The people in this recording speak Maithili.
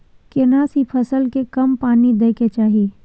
केना सी फसल के कम पानी दैय के चाही?